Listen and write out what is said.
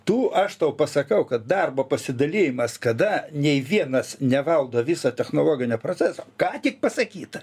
tu aš tau pasakau kad darbo pasidalijimas kada nei vienas nevaldo viso technologinio proceso ką tik pasakyta